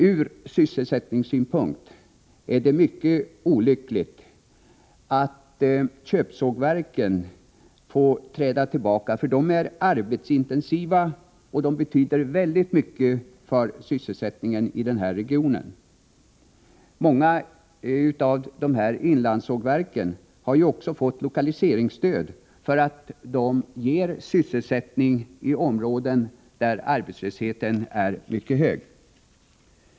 Ur sysselsättningssynpunkt är det mycket olyckligt att köpsågverken får träda tillbaka, för de är arbetsintensiva och betyder väldigt mycket för sysselsättningen i denna region. Många av dessa inlandssågverk har också fått lokaliseringsstöd för att de ger sysselsättning i områden där arbetslösheten är mycket hög.